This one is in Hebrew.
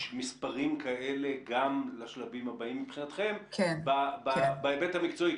יש מספרים כאלה גם לשלבים הבאים מבחינתכם בהיבט המקצועי?